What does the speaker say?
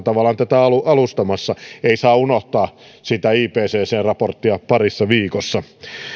tavalla on tätä ollut alustamassa ei saa unohtaa sitä ipccn raporttia parissa viikossa